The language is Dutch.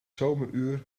zomeruur